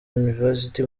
university